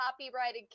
copyrighted